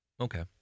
Okay